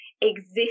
exist